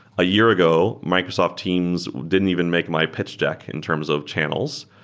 a year ago, microsoft teams didn't even make my pitch deck in terms of channels,